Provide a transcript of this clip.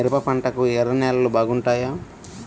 మిరప పంటకు ఎర్ర నేలలు బాగుంటాయా?